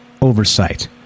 oversight